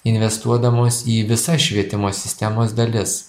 investuodamos į visas švietimo sistemos dalis